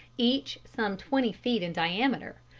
each some twenty feet in diameter,